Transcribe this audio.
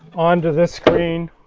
onto this screen